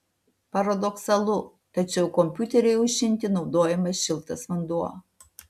paradoksalu tačiau kompiuteriui aušinti naudojamas šiltas vanduo